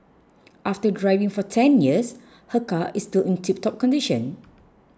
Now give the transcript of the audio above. after driving for ten years her car is still in tiptop condition